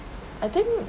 I think